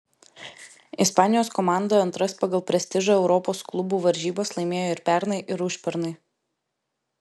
ispanijos komanda antras pagal prestižą europos klubų varžybas laimėjo ir pernai ir užpernai